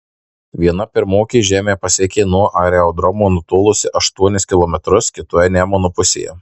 viena pirmokė žemę pasiekė nuo aerodromo nutolusi aštuonis kilometrus kitoje nemuno pusėje